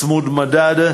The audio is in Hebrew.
צמוד מדד,